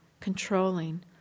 controlling